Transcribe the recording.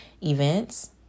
events